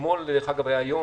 אתמול היה יום,